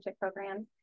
programs